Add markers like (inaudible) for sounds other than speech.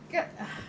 kau (breath)